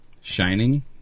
shining